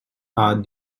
are